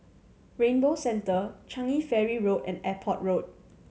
Rainbow Centre Changi Ferry Road and Airport Road